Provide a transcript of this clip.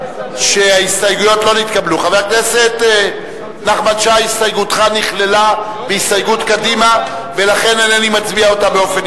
ההסתייגות של קבוצת סיעת קדימה לסעיף 39,